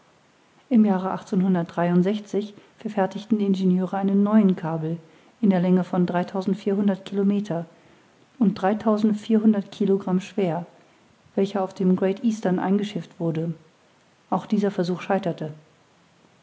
im jahre verfertigten die ingenieure einen neuen kabel in der länge von dreitausendvierhundert kilometer und dreitausendvierhundert kilogramm schwer welcher auf dem great eastern eingeschifft wurde auch dieser versuch scheiterte